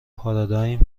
پارادایم